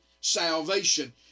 salvation